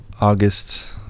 August